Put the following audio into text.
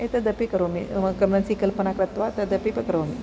एतदपि करोमि मनसि कल्पनां कृत्वा तदपि करोमि